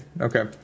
Okay